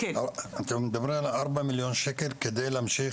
אתם מדברים על 4 מיליון ₪ כדי להמשיך